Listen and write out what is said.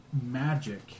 magic